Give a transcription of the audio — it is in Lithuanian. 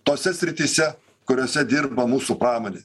tose srityse kuriose dirba mūsų pramonė